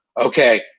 okay